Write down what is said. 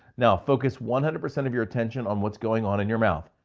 now focus one hundred percent of your attention on what's going on in your mouth.